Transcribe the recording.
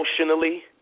emotionally